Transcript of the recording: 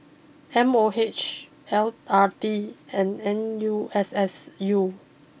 M O H L R T and N U S S U